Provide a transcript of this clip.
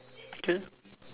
K